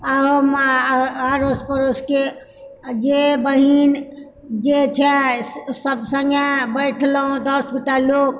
आ ओमऽ अड़ोस पड़ोसके जे बहिन जे छै सभ सङ्गे बैठलहुँ दश गोटा लोक